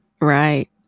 Right